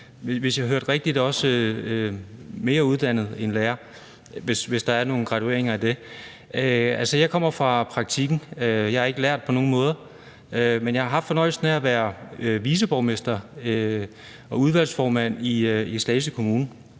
hvis jeg hørte rigtigt, også mere uddannet end lærer – hvis der er nogen graduering af det. Altså, jeg kommer fra praktikken, jeg er ikke lærd på nogen måde, men jeg har haft fornøjelsen af at være viceborgmester og udvalgsformand i Slagelse Kommune.